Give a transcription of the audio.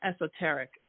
esoteric